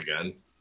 again